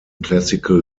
classical